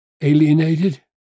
alienated